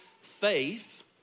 faith